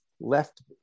left